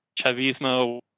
Chavismo